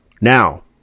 Now